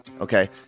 Okay